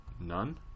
None